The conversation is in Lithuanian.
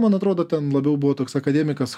man atrodo ten labiau buvo toks akademikas